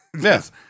Yes